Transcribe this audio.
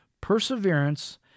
perseverance